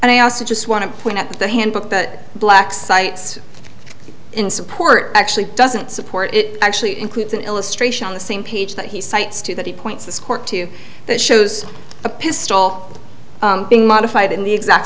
and i also just want to point out that the handbook that black sites in support actually doesn't support it actually includes an illustration on the same page that he cites to that he points this court to that shows a pistol being modified in the exact